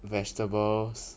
vegetables